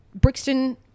Brixton